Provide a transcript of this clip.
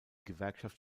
gewerkschaft